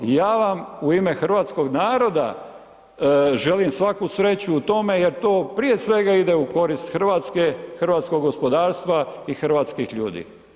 Ja vam u ime hrvatskog naroda želim svaku sreću u tome jer to prije svega ide u korist Hrvatske, hrvatskog gospodarstva i hrvatskih ljudi.